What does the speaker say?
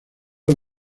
los